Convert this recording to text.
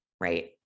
right